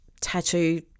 tattoo